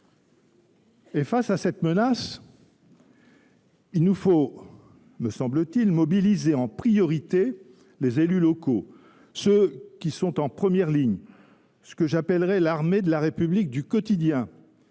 Face à cette menace, il nous faut mobiliser en priorité les élus locaux, ceux qui sont en première ligne et que j’appellerais « l’armée de la République du quotidien